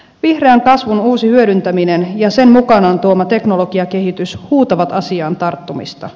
vihreän kasvun uusi hyödyntäminen ja sen mukanaan tuoma teknologiakehitys huutavat asiaan tarttumista